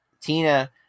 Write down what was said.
Tina